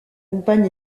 compagne